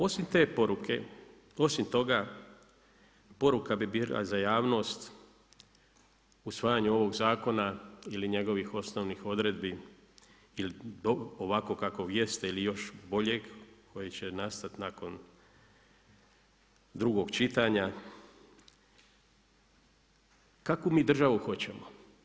Osim toga, poruka bi bila za javnost usvajanje ovog zakona ili njegovih osnovnih odredbi ili ovakvog kakvog jeste ili još boljeg koji će nastati nakon drugog čitanja, kakvu mi državu hoćemo?